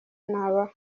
nabaha